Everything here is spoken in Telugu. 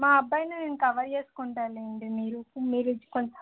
మా అబ్బాయిని నేను కవర్ చేసుకుంటాను లేండి మీరు మీరు ఇచ్చుకోండి